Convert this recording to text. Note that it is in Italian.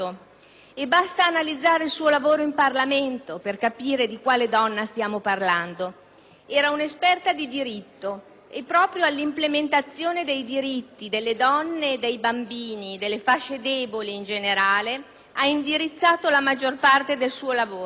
e basta analizzare il suo lavoro in Parlamento per capire di quale donna stiamo parlando. Era un'esperta di diritto e proprio all'implementazione dei diritti delle donne e dei bambini, delle fasce deboli in generale, ha indirizzato la maggior parte del suo lavoro.